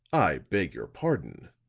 i beg your pardon,